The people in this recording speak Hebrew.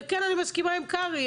ואני מסכימה עם שלמה קרעי,